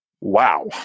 Wow